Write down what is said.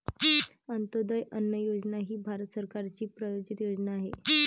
अंत्योदय अन्न योजना ही भारत सरकारची प्रायोजित योजना आहे